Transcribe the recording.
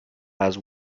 has